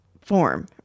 form